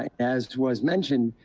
as was mentioned,